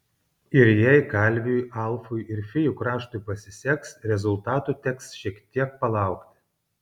ir jei kalviui alfui ir fėjų kraštui pasiseks rezultatų teks šiek tiek palaukti